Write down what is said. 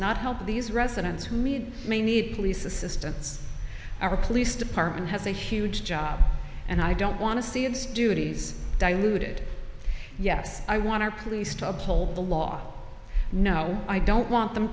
not help these residents who may need police assistance our police department has a huge job and i don't want to see its duties diluted yes i want our police to uphold the law no i don't want them